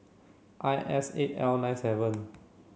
I S eight L nine seven